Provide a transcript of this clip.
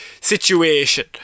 situation